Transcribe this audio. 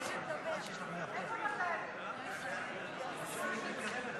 הצעת סיעת קדימה להביע אי-אמון בממשלה לא נתקבלה.